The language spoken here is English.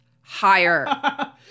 higher